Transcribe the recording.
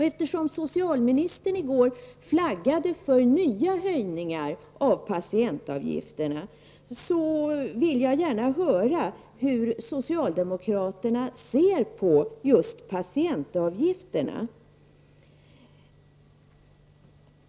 Eftersom socialministern i går flaggade för nya höjningar av patientavgifterna, vill jag gärna höra hur socialdemokraterna ser på just dessa avgifter.